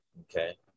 Okay